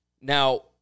Now